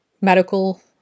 medical